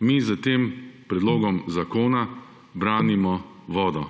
Mi s tem predlogom zakona branimo vodo.